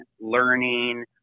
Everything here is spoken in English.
learning